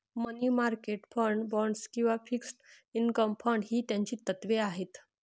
मनी market fund, bonds किंवा fixed income fund ही त्याची तत्त्वे आहेत